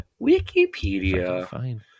Wikipedia